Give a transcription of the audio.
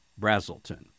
Brazelton